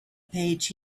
page